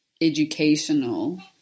educational